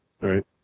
right